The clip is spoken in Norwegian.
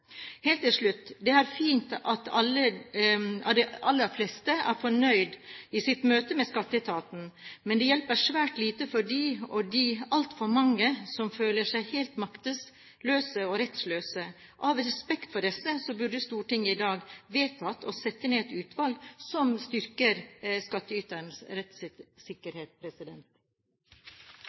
Helt til slutt: Det er fint at de aller fleste er fornøyd i sitt møte med Skatteetaten. Men det hjelper svært lite for dem – og det er altfor mange – som føler seg helt maktesløse og rettsløse. Av respekt for disse burde Stortinget i dag vedtatt å sette ned et utvalg som styrker